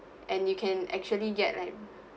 and you can actually get like